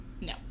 No